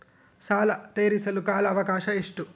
ಸಾಲ ತೇರಿಸಲು ಕಾಲ ಅವಕಾಶ ಎಷ್ಟು?